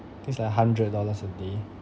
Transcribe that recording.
think it's like a hundred dollars a day